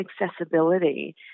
accessibility